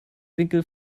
winkel